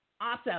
Awesome